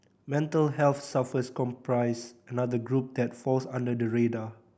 mental health sufferers comprise another group that falls under the radar